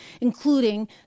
including